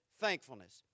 thankfulness